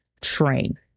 train